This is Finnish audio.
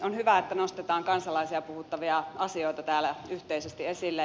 on hyvä että nostetaan kansalaisia puhuttavia asioita täällä yhteisesti esille